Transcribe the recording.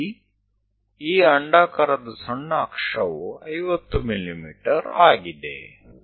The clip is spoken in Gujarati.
અહીંયા ગૌણ અક્ષ આ ઉપવલય માટે 50 mm છે